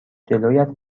جلویت